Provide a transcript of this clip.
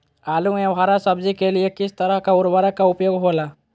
आलू एवं हरा सब्जी के लिए किस तरह का उर्वरक का उपयोग होला?